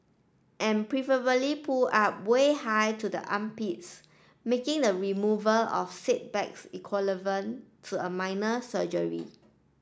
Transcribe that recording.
and preferably pulled up way high to the armpits making the removal of said bags equivalent to a minor surgery